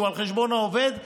שהוא על חשבון העובד,